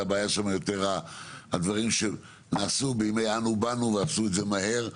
אלא הבעיה שם היא יותר הדברים שנעשו בימי 'אנו באנו' ועשו את זה מהר,